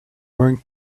going